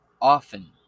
often